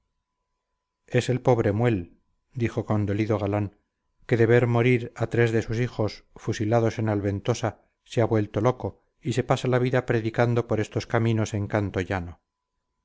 es el pobre muel dijo condolido galán que de ver morir a tres de sus hijos fusilados en alventosa se ha vuelto loco y se pasa la vida predicando por estos caminos en canto llano